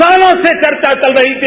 सालो से चर्चा चल रही थी